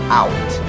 out